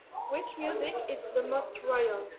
which music is the most royal?